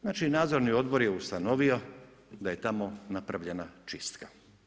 Znači nadzorni odbor je ustanovio daje tamo napravljena čistka.